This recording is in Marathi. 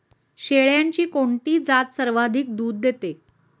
शेळ्यांची कोणती जात सर्वाधिक दूध देते?